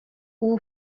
all